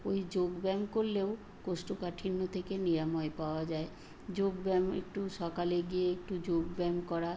ওই যোগ ব্যায়াম করলেও কোষ্ঠকাঠিন্য থেকে নিরাময় পাওয়া যায় যোগ ব্যাম একটু সকালে গিয়ে একটু যোগ ব্যায়াম করা